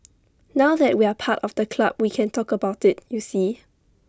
now that we're part of the club we can talk about IT you see